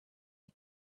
you